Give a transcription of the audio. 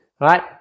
right